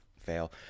fail